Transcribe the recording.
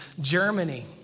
Germany